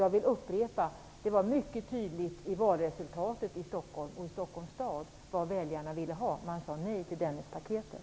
Jag vill upprepa: Valresultatet i Stockholms stad visade mycket tydligt vad väljarna ville ha: Man sade nej till Dennispaketet.